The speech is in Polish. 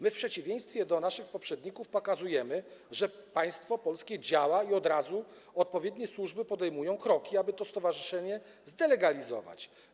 My, w przeciwieństwie do naszych poprzedników, pokazujemy, że państwo polskie działa, i odpowiednie służby od razu podejmują kroki, aby to stowarzyszenie zdelegalizować.